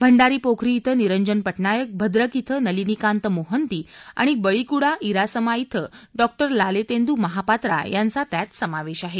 भंडारीपोखरी इथं निरंजन पटनायक भद्रक इथं नलिनीकांत मोहंती आणि बळीकुडा इरासमा इथं डॉ लालेतेंदू महापात्रा यांचा यात समावेश आहे